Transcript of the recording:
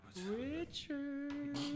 Richard